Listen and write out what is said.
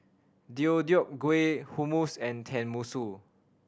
Deodeok Gui Hummus and Tenmusu